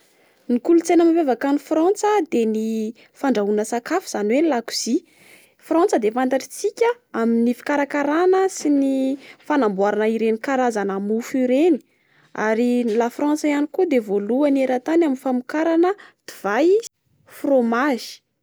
Ny kolontsaina mampiavaka an'i Frantsa dia ny fandrahoana sakafo, izany hoe ny lakozia. Frantsa de fantatritsika amin'ny fikarakarana sy ny fanamboarana ireny karazana mofo ireny. Ary ny- i la Frantsa ihany koa de voalohany erantany amin'ny famokarana divay, fromage.